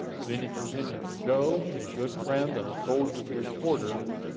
zinni continues joe, a good friend, and a soldier's reporter,